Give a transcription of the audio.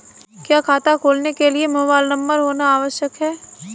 क्या खाता खोलने के लिए मोबाइल नंबर होना आवश्यक है?